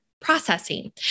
processing